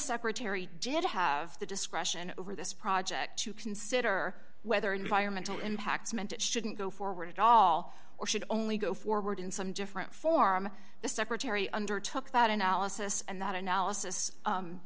secretary did have the discretion over this project to consider whether environmental impacts meant it shouldn't go forward at all or should only go forward in some different form the secretary under took that analysis and that analysis